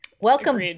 Welcome